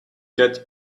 get